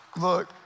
look